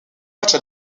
matchs